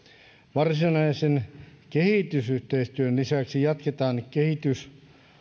varsinaisen kehitysyhteistyön lisäksi jatketaan